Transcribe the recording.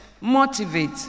motivate